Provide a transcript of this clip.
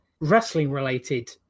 wrestling-related